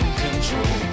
control